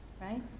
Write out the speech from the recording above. right